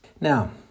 Now